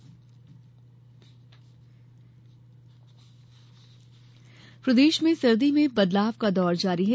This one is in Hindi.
मौसम प्रदेश में सर्दी में बदलाव का दौर जारी है